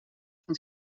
van